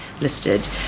listed